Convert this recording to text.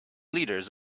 leaders